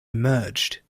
emerged